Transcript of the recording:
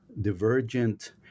divergent